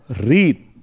read